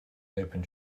open